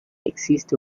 existe